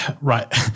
right